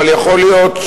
אבל יכול להיות,